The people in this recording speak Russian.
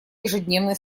ежедневный